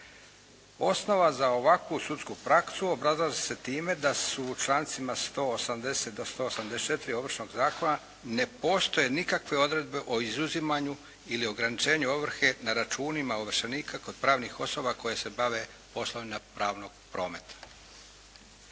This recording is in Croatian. Osnova za ovakvu sudsku praksu obrazlaže se time da su u člancima 180. do 184. Ovršnog zakona ne postoje nikakve odredbe o izuzimanju ili ograničenju ovrhe na računima ovršenika kod pravnih osoba koje se bave poslovima pravnog prometa.